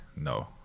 No